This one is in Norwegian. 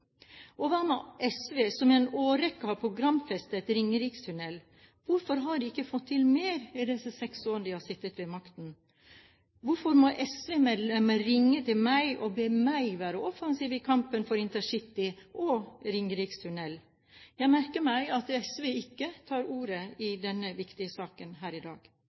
Og hva med SV, som i en årrekke har programfestet Ringerikstunnel? Hvorfor har ikke SV fått til mer i disse seks årene de har sittet med makten? Hvorfor må SV-medlemmer ringe til meg og be meg være offensiv i kampen for intercitytog og Ringerikstunnel? Jeg merker meg at SV ikke tar ordet i denne viktige saken her i dag.